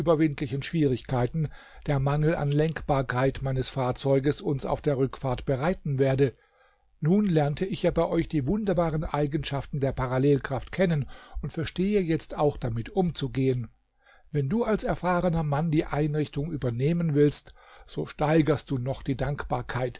schwierigkeiten der mangel an lenkbarkeit meines fahrzeuges uns auf der rückfahrt bereiten werde nun lernte ich ja bei euch die wunderbaren eigenschaften der parallelkraft kennen und verstehe jetzt auch damit umzugehen wenn du als erfahrener mann die einrichtung übernehmen willst so steigerst du noch die dankbarkeit